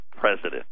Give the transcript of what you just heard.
president